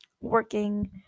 working